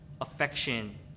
affection